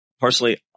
Personally